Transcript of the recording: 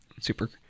super